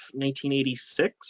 1986